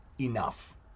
enough